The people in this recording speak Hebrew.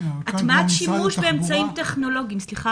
הטמעת שימוש באמצעים טכנולוגיים --- בשבוע